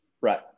Right